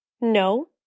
No